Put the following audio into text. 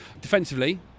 defensively